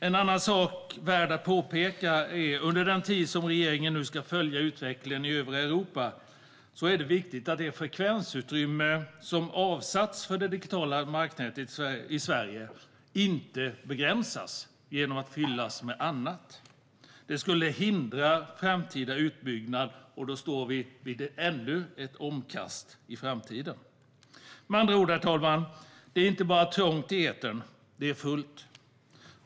En annan sak är värd att påpeka: Under den tid som regeringen nu ska följa utvecklingen i övriga Europa är det viktigt att det frekvensutrymme som avsatts för det digitala marknätet i Sverige inte begränsas genom att det fylls med annat. Det skulle hindra en framtida utbyggnad, och då står vi vid ännu ett omkast i framtiden. Med andra ord, herr talman: Det är inte bara trångt i etern. Det är fullt.